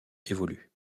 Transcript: évolue